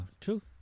true